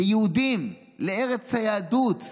לארץ היהדות.